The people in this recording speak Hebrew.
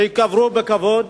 שייקברו בכבוד,